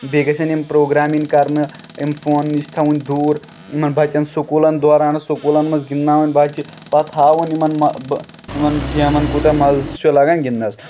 بیٚیہِ گژھین یِم پروگریم یِنۍ کرنہٕ اَمہِ فونہٕ نِش تھاوٕنۍ دوٗر یِمن بَچن سکوٗلن دوران سکوٗلن منٛز گِندناوٕنۍ بَچہٕ پَتہٕ ہاون یِمن یِمَن گیمَن کوٗتاہ مَزٕ چھُ لگان گِندنَس